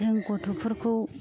जों गथ'फोरखौ